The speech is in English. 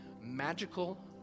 magical